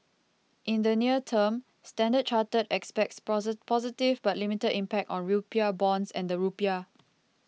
in the near term Standard Chartered expects positive but limited impact on rupiah bonds and the rupiah